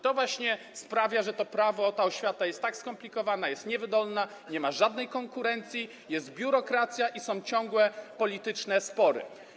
To właśnie sprawia, że to prawo, ta oświata są tak skomplikowane, niewydolne, że nie ma żadnej konkurencji, a jest biurokracja i są ciągłe polityczne spory.